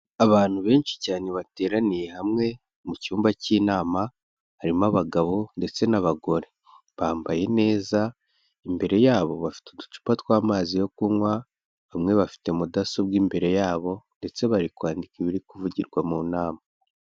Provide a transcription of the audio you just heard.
Abantu benshi cyane bateraniye hamwe mu cyumba cy'inama, harimo abagabo ndetse n'abagore; bambaye neza, imbere yabo bafite uducupa tw'amazi yo kunywa, bamwe bafite mudasobwa imbere yabo ndetse bari kwandika ibiri kuvugirwa mu nama.